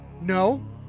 No